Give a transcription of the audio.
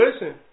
listen